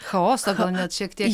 chaosą gal net šiek tiek